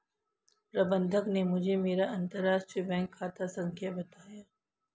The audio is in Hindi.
प्रबन्धक ने मुझें मेरा अंतरराष्ट्रीय बैंक खाता संख्या बताया